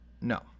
No